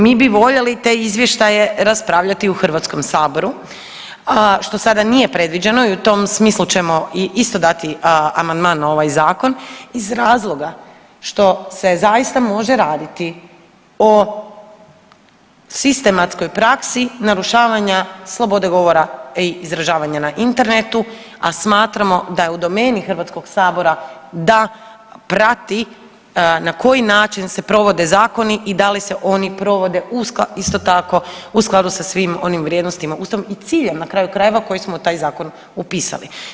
Mi bi voljeli te izvještaje raspravljati u HS što sada nije predviđeno i u tom smislu ćemo isto dati amandman na ovaj zakon iz razloga što se zaista može raditi o sistematskoj praksi narušavanja slobode govora i izražavanja na internetu, a smatramo da je u domeni HS da prati na koji način se provode zakoni i da li se oni provode isto tako u skladu sa svim onim vrijednostima i ustavom i ciljem na kraju krajeva koji smo u taj zakon upisali.